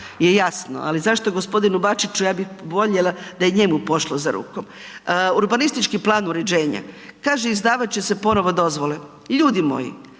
je jasno, ali zašto g. Bačiću, ja bih voljela da je njemu pošlo za rukom. Urbanistički plan uređenja. Kaže izdavat će se ponovo dozvole. Ljudi moji,